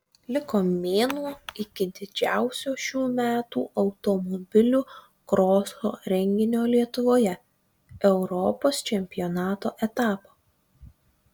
liko mėnuo iki didžiausio šių metų automobilių kroso renginio lietuvoje europos čempionato etapo